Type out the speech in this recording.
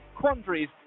quandaries